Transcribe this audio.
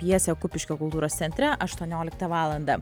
pjesę kupiškio kultūros centre aštuonioliktą valandą